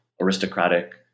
aristocratic